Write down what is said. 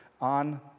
on